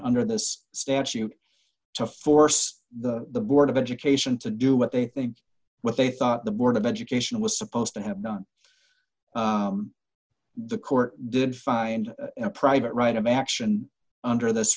under this statute to force the board of education to do what they think what they thought the board of education was supposed to have done the court did find a private right of action under this